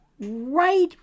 right